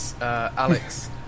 Alex